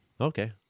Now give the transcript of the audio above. okay